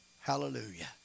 Hallelujah